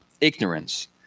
ignorance